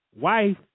wife